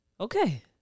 Okay